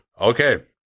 Okay